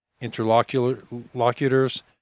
interlocutors